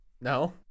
No